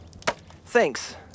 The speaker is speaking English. Thanks